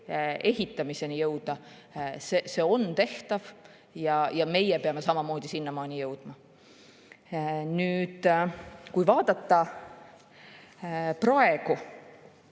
ehitamiseni jõuda. See on tehtav ja meie peame samamoodi sinnani jõudma. Kui vaadata praegust